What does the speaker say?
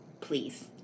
Please